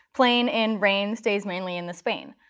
plain in rain stays mainly in the spain.